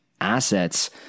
assets